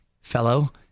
fellow